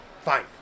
Fine